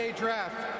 draft